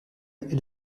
est